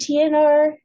TNR